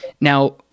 Now